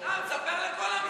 למה, תספר לכל עם ישראל.